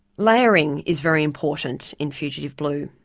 layering is very important in fugitive blue.